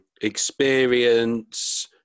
experience